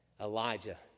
Elijah